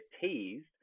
teased